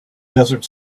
desert